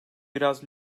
biraz